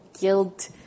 guilt